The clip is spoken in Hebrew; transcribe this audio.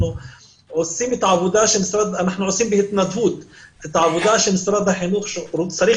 אנחנו עושים בהתנדבות את העבודה שמשרד החינוך צריך